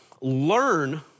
learn